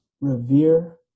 Revere